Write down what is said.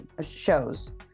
shows